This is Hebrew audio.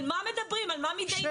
על מה מדברים, על מה מתדיינים?